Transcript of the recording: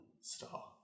star